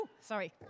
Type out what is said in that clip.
sorry